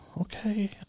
Okay